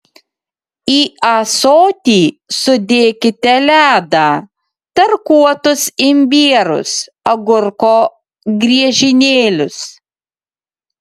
į ąsotį sudėkite ledą tarkuotus imbierus agurko griežinėlius